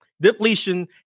depletion